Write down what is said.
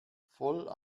voll